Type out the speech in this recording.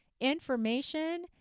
Information